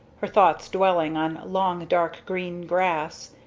her thoughts dwelling on long dark green grass,